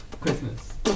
Christmas